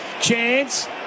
Chance